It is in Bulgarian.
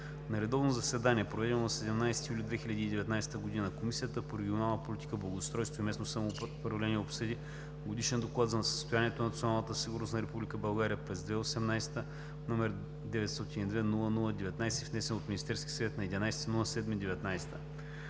На редовно заседание, проведено на 17 юли 2019 г., Комисията по регионална политика, благоустройство и местно самоуправление обсъди Годишен доклад за състоянието на националната сигурност на Република България през 2018 г., № 902-00-19, внесен от Министерски съвет на 11